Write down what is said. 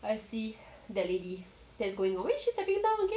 I see that lady that is going away she is stepping down again